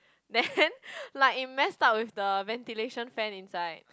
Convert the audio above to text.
then like it messed up with the ventilation fan inside